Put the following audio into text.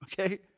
okay